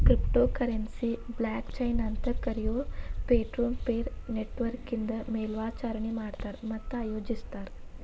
crypto ಕರೆನ್ಸಿನ blockchain ಅಂತ್ ಕರಿಯೊ ಪೇರ್ಟುಪೇರ್ ನೆಟ್ವರ್ಕ್ನಿಂದ ಮೇಲ್ವಿಚಾರಣಿ ಮಾಡ್ತಾರ ಮತ್ತ ಆಯೋಜಿಸ್ತಾರ